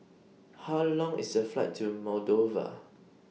How Long IS The Flight to Moldova